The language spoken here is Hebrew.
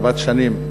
רבת השנים,